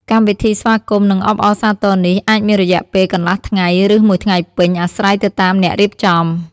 កម្មវិធីស្វាគមន៍៍ និងអបអរសាទរនេះអាចមានរយៈពេលកន្លះថ្ងៃ ឬមួយថ្ងៃពេញ អាស្រ័យទៅតាមអ្នករៀបចំ។